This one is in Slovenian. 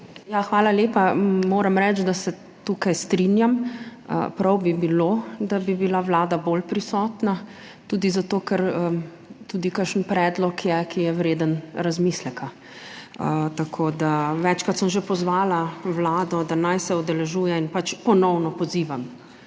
Hvala lepa. Moram reči, da se tukaj strinjam. Prav bi bilo, da bi bila Vlada bolj prisotna tudi zato, ker tudi kakšen predlog je, ki je vreden razmisleka, tako da… Večkrat sem že pozvala Vlado, da naj se udeležuje in pač ponovno pozivam,